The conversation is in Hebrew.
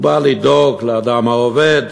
הוא בא לדאוג לאדם העובד.